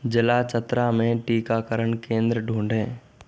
ज़िला चतरा में टीकाकरण केंद्र ढूँढें